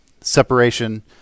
separation